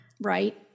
Right